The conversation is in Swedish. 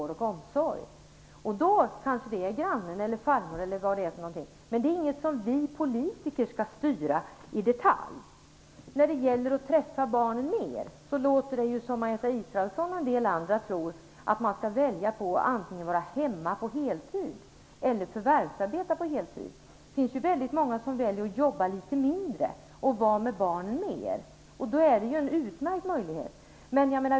Den kanske finns hos grannen eller farmodern. Det är inget som vi politiker skall styra i detalj. När det gäller frågan om att föräldrarna skall träffa sina barn mer låter det som att Margareta Israelsson och en del andra tror att föräldrarna skall välja mellan att antingen vara hemma på heltid eller förvärvsarbeta på heltid. Det finns många som väljer att jobba litet mindre och att vara med barnen mer. Då ger vårdnadsbidraget en utmärkt möjlighet.